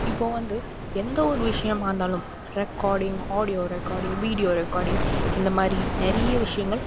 இப்போது வந்து எந்த ஒரு விஷயமா இருந்தாலும் recording audio recording video recording இந்த மாதிரி நிறைய விஷயங்கள்